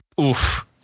Oof